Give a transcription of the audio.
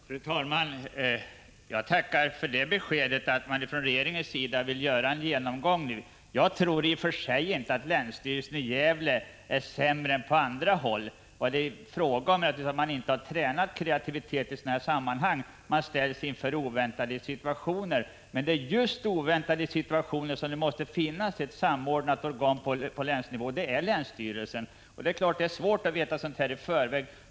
Fru talman! Jag tackar för beskedet att regeringen vill göra en genomgång nu. Jag tror i och för sig inte att länsstyrelsen i Gävle är sämre än länsstyrelserna på andra håll. Vad det är fråga om, eftersom man inte har tränat kreativitet i sådana här sammanhang, är att man ställs inför oväntade situationer. Men det är just för oväntade situationer som det måste finnas ett fungerande samordnande organ på länsnivå, och det skall vara länsstyrelsen. Det är klart att det är svårt att veta sådant här i förväg.